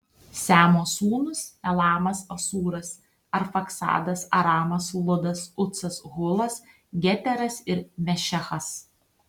semo sūnūs elamas asūras arfaksadas aramas ludas ucas hulas geteras ir mešechas